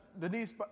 Denise